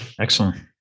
Excellent